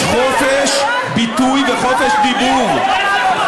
בכנסת שלנו יש חופש ביטוי וחופש דיבור,